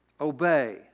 Obey